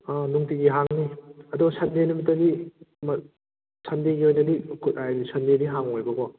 ꯑꯥ ꯅꯨꯡꯇꯤꯒꯤ ꯍꯥꯡꯅꯤ ꯑꯗꯣ ꯁꯟꯗꯦ ꯅꯨꯃꯤꯠꯇꯗꯤ ꯃꯥ ꯁꯟꯗꯦꯒꯤ ꯑꯣꯏꯅꯗ ꯑꯥ ꯁꯨꯟꯗꯦꯗꯤ ꯍꯥꯡꯉꯣꯏꯌꯦꯕꯀꯣ